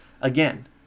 again